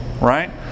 right